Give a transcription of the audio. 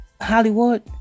Hollywood